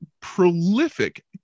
prolific